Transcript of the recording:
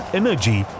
energy